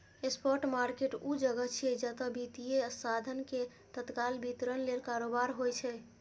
spot market ऊ जगह छियै, जतय वित्तीय साधन के तत्काल वितरण लेल कारोबार होइ छै